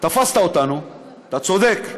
תפסת אותנו, אתה צודק.